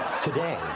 today